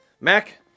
Mac